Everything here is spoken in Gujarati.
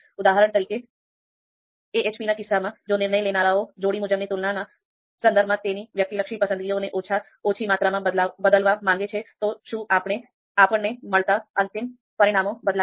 ઉદાહરણ તરીકે AHP ના કિસ્સામાં જો નિર્ણય લેનારાઓ જોડી મુજબની તુલનાના સંદર્ભમાં તેમની વ્યક્તિલક્ષી પસંદગીઓને ઓછી માત્રામાં બદલવા માગે છે તો શું આપણને મળતા અંતિમ પરિણામો બદલાશે